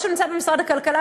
להפוך אותם לחינם,